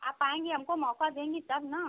आप आऍंगी हमको मौका देंगी तब ना